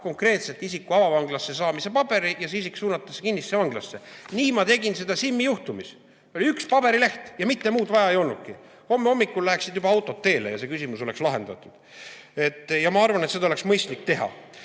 konkreetse isiku avavanglasse saamise paberi ja see isik suunatakse kinnisesse vanglasse. Nii ma tegin Simmi juhtumis. Oli üks paberileht ja muud vaja ei olnudki. Homme hommikul läheksid juba autod teele ja see küsimus oleks lahendatud. Ja ma arvan, et seda oleks mõistlik teha.